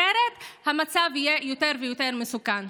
אחרת המצב יהיה יותר ויותר מסוכן.